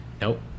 nope